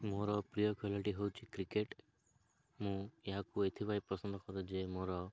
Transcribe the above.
ମୋର ପ୍ରିୟ ଖେଳଟି ହେଉଛି କ୍ରିକେଟ୍ ମୁଁ ଏହାକୁ ଏଥିପାଇଁ ପସନ୍ଦ କରେ ଯେ ମୋର